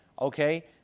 okay